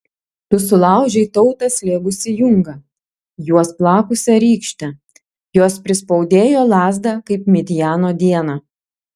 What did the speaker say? tu sulaužei tautą slėgusį jungą juos plakusią rykštę jos prispaudėjo lazdą kaip midjano dieną